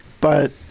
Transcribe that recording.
But-